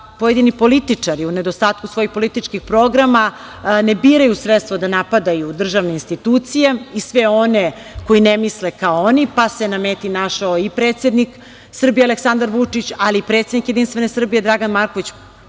pojedini političari u nedostatku svojih političkih programa ne biraju sredstvo da napadaju držane institucije i sve one koji ne misle kao oni, pa se na meti našao i predsednik Srbije Aleksandar Vučić, ali i predsednik Jedinstvene Srbije Dragan Marković